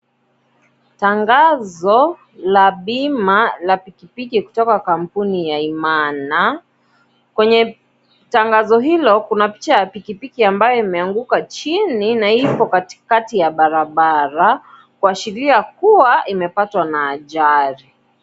Tangazo la bima la pikipiki kutoka kampuni ya imana , kwenye tangazo hilo kuna picha ya pikipiki ambayo imeanguka chini na ipo katikati ya barabara kuashiria kuwa imepatwa na ajali.